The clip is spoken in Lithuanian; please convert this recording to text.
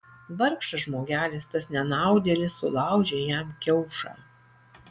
vargšas žmogelis tas nenaudėlis sulaužė jam kiaušą